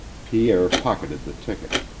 pierre pocketed the ticket.